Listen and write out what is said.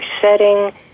setting